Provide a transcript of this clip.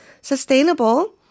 sustainable